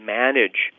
manage